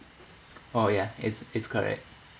oh ya it's it's correct